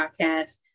podcast